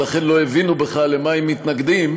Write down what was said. ולכן לא הבינו בכלל למה הם מתנגדים,